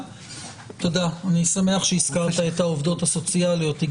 אני שמח שהזכרת את העובדות הסוציאליות,